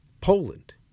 Poland